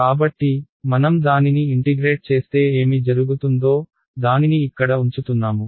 కాబట్టి మనం దానిని ఇంటిగ్రేట్ చేస్తే ఏమి జరుగుతుందో దానిని ఇక్కడ ఉంచుతున్నాము